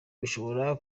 bishobora